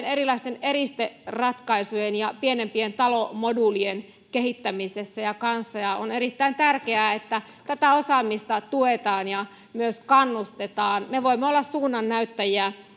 erilaisten eristeratkaisujen ja pienempien talomoduulien kehittämisessä ja kanssa ja on erittäin tärkeää että tätä osaamista tuetaan ja myös kannustetaan me voimme olla suunnannäyttäjiä